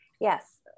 yes